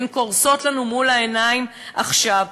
הן קורסות לנו מול העיניים עכשיו.